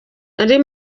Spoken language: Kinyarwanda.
andi